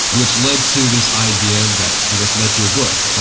which led to this idea that i guess led to your book.